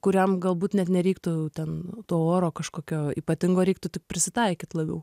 kuriam galbūt net nereiktų ten to oro kažkokio ypatingo reiktų tik prisitaikyt labiau